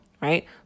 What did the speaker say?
right